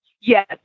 Yes